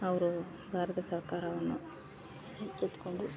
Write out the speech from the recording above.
ಅವರು ಭಾರತ ಸರ್ಕಾರವನ್ನು ಸುತ್ಕೊಂಡು